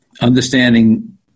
understanding